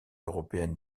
européenne